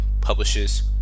publishes